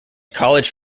college